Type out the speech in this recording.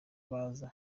baza